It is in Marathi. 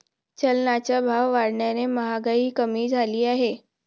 चलनाचा भाव वाढल्याने महागाई कमी झाली आहे